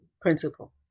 principle